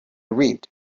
read